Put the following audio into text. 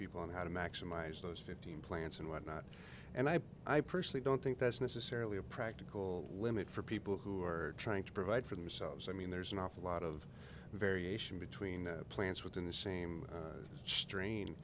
people on how to maximize those fifteen plants and whatnot and i i personally don't think that's necessarily a practical limit for people who are trying to provide for themselves i mean there's an awful lot of variation between plants within the same strain